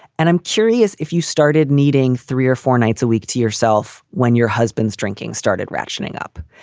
and i'm curious if you started needing three or four nights a week to yourself when your husband's drinking started ratcheting up,